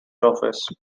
office